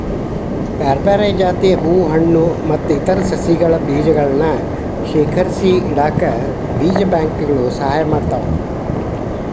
ಬ್ಯಾರ್ಬ್ಯಾರೇ ಜಾತಿಯ ಹೂ ಹಣ್ಣು ಮತ್ತ್ ಇತರ ಸಸಿಗಳ ಬೇಜಗಳನ್ನ ಶೇಖರಿಸಿಇಡಾಕ ಬೇಜ ಬ್ಯಾಂಕ್ ಗಳು ಸಹಾಯ ಮಾಡ್ತಾವ